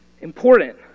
important